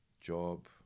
job